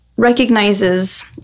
recognizes